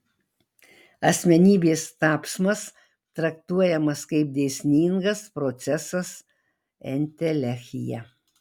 asmenybės tapsmas traktuojamas kaip dėsningas procesas entelechija